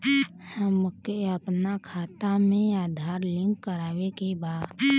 हमके अपना खाता में आधार लिंक करावे के बा?